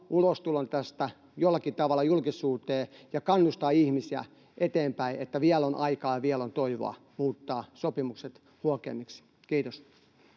ulostulon tästä jollakin tavalla julkisuuteen ja kannustaisi ihmisiä eteenpäin, että vielä on aikaa, vielä on toivoa muuttaa sopimukset huokeammiksi. — Kiitos.